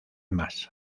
más